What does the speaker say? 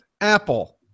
Apple